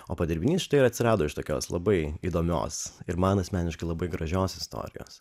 o padirbinys štai ir atsirado iš tokios labai įdomios ir man asmeniškai labai gražios istorijos